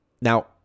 Now